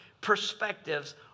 perspectives